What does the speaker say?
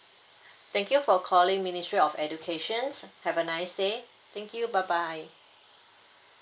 thank you for calling ministry of education have a nice day thank you bye bye